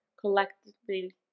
collectively